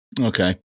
Okay